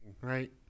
right